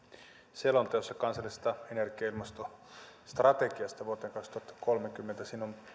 selonteossa kansallisesta energia ja ilmastostrategiasta vuoteen kaksituhattakolmekymmentä on